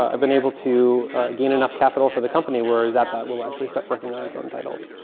ah i've been able to gain enough capital for the company where zap dot will actually start working on its own titles.